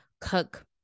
cook